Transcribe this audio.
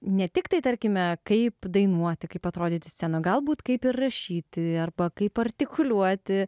ne tiktai tarkime kaip dainuoti kaip atrodyti scenoj galbūt kaip ir rašyti arba kaip artikuliuoti